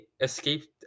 escaped